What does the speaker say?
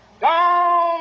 down